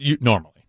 Normally